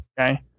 Okay